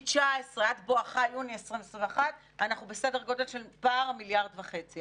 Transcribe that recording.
מ-19' עד בואכה יוני 20 21' אנחנו בסדר גודל פער של מיליארד וחצי.